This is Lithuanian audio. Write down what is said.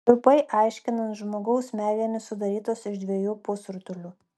trumpai aiškinant žmogaus smegenys sudarytos iš dviejų pusrutulių